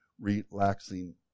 relaxing